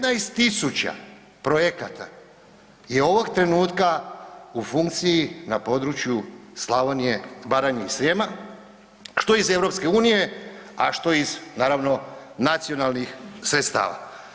19.000 projekata je ovog trenutka u funkciji na području Slavonije, Baranje i Srijema što iz EU, a što iz naravno nacionalnih sredstava.